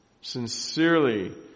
sincerely